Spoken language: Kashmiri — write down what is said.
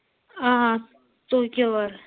آ